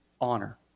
honor